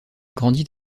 grandit